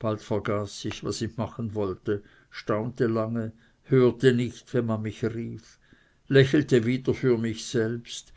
bald vergaß ich was ich machen wollte staunte lange hörte nicht wenn man mich rief lächelte wieder für mich selbst